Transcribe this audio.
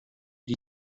die